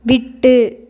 விட்டு